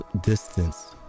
distance